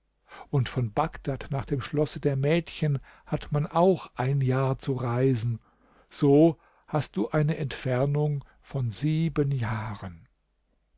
und von bagdad nach dem schlosse der mädchen hat man auch ein jahr zu reisen so hast du eine entfernung von sieben jahren